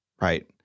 right